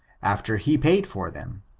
after he paid for them,